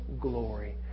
glory